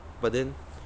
but then